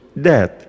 death